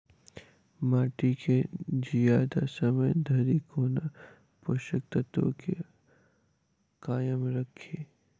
माटि केँ जियादा समय धरि कोना पोसक तत्वक केँ कायम राखि?